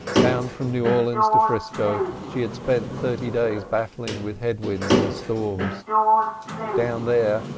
bound from new orleans to frisco she had spent thirty days battling with head-winds and storms down there,